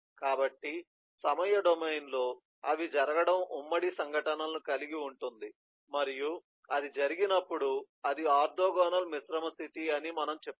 కాబట్టి సమయ డొమైన్లో అవి జరగడం ఉమ్మడి సంఘటనలను కలిగి ఉంటుంది మరియు అది జరిగినప్పుడు అది ఆర్తోగోనల్ మిశ్రమ స్థితి అని మనము చెప్తాము